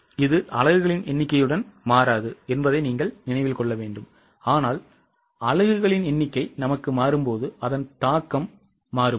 இது அலகுகளின் எண்ணிக்கையுடன் மாறாது ஆனால் அலகுகளின் எண்ணிக்கை நமக்கு மாறும்போது அதன் தாக்கம் மாறும்